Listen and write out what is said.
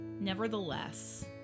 Nevertheless